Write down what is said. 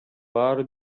баары